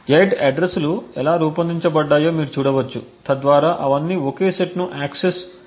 8 address లు ఎలా రూపొందించబడ్డాయో మీరు చూడవచ్చు తద్వారా అవన్నీ ఒకే సెట్ ను యాక్సెస్ చేస్తాయి